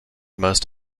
most